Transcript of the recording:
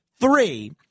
Three